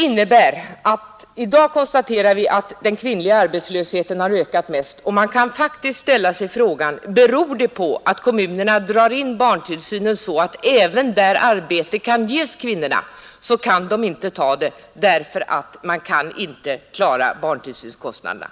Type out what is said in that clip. I dag konstaterar vi att den kvinnliga arbetslösheten har ökat mest, och man kan faktiskt ställa sig frågan: Beror det på att kommunerna drar in barntillsynen så att kvinnorna även där de kan få ett arbete inte kan ta det eftersom de inte kan klara barntillsynskostnaderna?